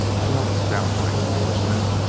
i know it's downright foolishness,